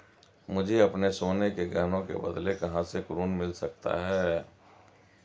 मुझे अपने सोने के गहनों के बदले कहां से ऋण मिल सकता है?